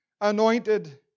anointed